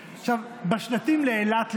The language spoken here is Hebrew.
בשלטים לאילת למשל,